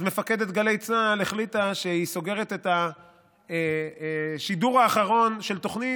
אז מפקדת גלי צה"ל החליטה שהיא סוגרת את השידור האחרון של תוכנית,